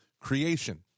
creation